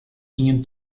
ien